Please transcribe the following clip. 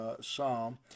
psalm